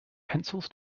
pencils